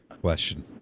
question